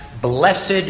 blessed